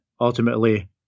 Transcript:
ultimately